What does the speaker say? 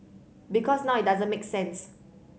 because now it doesn't make sense